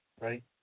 right